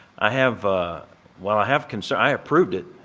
i have well, i have concern i approved it.